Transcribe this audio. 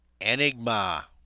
Enigma